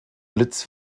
blitz